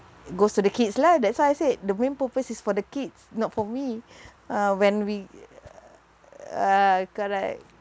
it goes to the kids lah that's why I said the main purpose is for the kids not for me uh when we ah correct